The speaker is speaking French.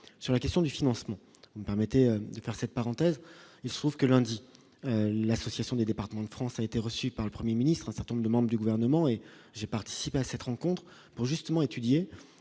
sur la question du financement permettez faire cette parenthèse, il se trouve que, lundi, l'association des départements de France, a été reçu par le 1er ministre un certain nombre de membres du gouvernement et j'ai participé à cette rencontre pour justement étudier